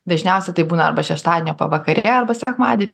dažniausia tai būna arba šeštadienio pavakarė arba sekmadie